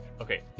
Okay